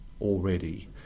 already